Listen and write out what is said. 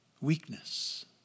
Weakness